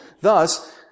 Thus